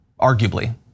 arguably